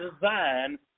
design